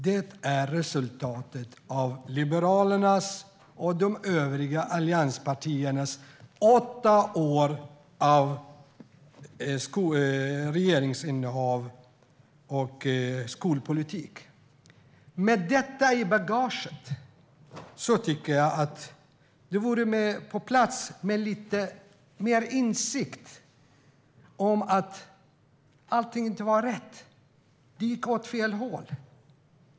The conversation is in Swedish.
Det är resultatet av Liberalernas och de övriga allianspartiernas åtta år av regeringsinnehav och skolpolitik. Med detta i bagaget tycker jag att det vore på plats med lite mer insikt om att allt inte var rätt, att det gick åt fel håll.